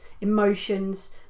emotions